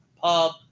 pub